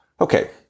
Okay